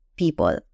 people